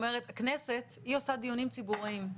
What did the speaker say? שאומר שהכנסת עושה דיונים ציבוריים,